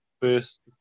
first